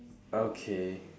okay